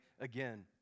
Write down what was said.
again